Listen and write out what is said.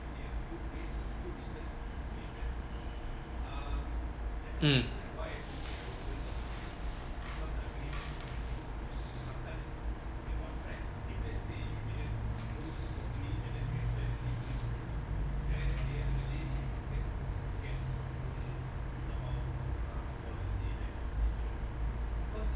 um